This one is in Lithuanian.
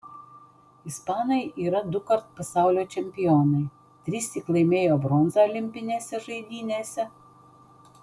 ispanai yra dukart pasaulio čempionai trissyk laimėjo bronzą olimpinėse žaidynėse